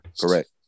Correct